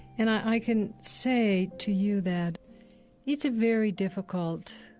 and i can say to you that it's a very difficult,